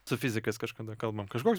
su fizikais kažkada kalbam kažkoks